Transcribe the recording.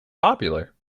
popular